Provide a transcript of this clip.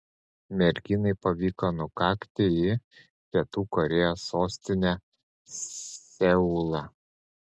merginai pavyko nukakti į pietų korėjos sostinę seulą